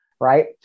right